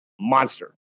monster